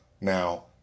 Now